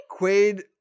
Quaid